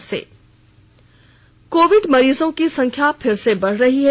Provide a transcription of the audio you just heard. शुरुआत कोविड मरीजों की संख्या फिर से बढ़ रही है